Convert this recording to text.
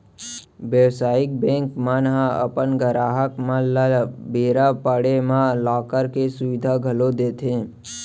बेवसायिक बेंक मन ह अपन गराहक मन ल बेरा पड़े म लॉकर के सुबिधा घलौ देथे